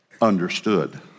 Understood